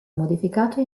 modificato